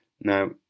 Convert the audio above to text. Now